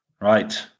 Right